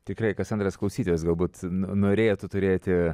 tikrai kas antras klausytojas galbūt norėtų turėti